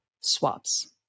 swaps